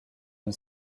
une